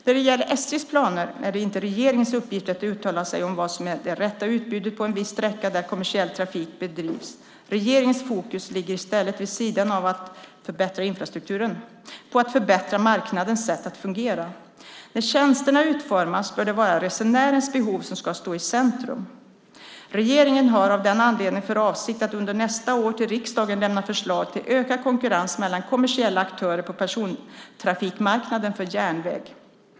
När det gäller SJ:s planer är det inte regeringens uppgift att uttala sig om vad som är det rätta utbudet på en viss sträcka där kommersiell trafik bedrivs. Regeringens fokus ligger i stället, vid sidan av att förbättra infrastrukturen, på att förbättra marknadens sätt att fungera. När tjänsterna utformas bör det vara resenärernas behov som ska stå i centrum. Regeringen har av den anledningen för avsikt att under nästa år till riksdagen lämna förslag till ökad konkurrens mellan kommersiella aktörer på persontrafikmarknaden för järnväg.